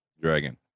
dragon